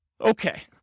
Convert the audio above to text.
Okay